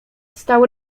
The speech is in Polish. stał